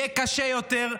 יהיה קשה יותר.